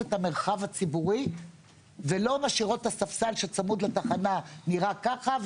את המרחב הציבורי ולא משאירות את הספסל שצמוד לתחנה שייראה ככה,